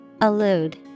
Allude